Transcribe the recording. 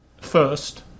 first